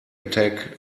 attack